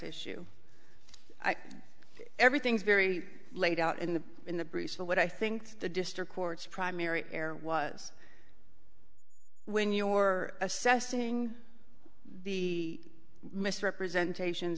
issue everything's very laid out in the in the brief for what i think the district court's primary error was when your assessing the misrepresentation